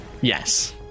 Yes